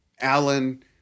Alan